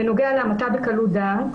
בנוגע להמתה בקלות דעת,